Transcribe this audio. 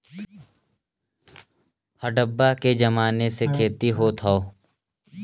हड़प्पा के जमाने से खेती होत हौ